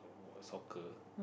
soccer